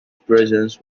presence